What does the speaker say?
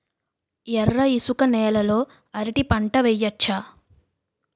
ఎర్ర ఇసుక నేల లో అరటి పంట వెయ్యచ్చా?